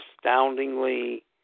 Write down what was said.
astoundingly